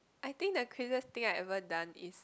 I think the craziest thing I ever done is